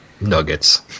nuggets